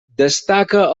destaca